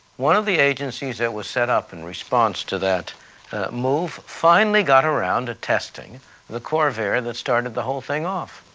one of the agencies that was set up in response to that move finally got around to testing the corvair that started the whole thing off.